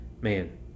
man